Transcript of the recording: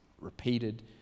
repeated